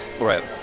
Right